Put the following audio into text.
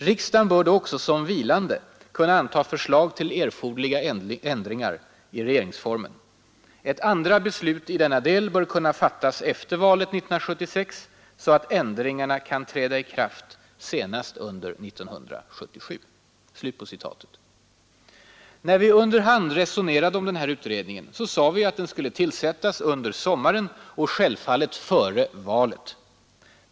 Riksdagen bör då också som vilande kunna anta förslag till erforderliga ändringar i RF. Ett andra beslut i denna del bör kunna fattas efter valet 1976, så att ändringarna kan träda i kraft senast under 1977.” När vi under hand resonerade om den här utredningen sade vi att den skulle tillsättas under sommaren och självfallet före valet.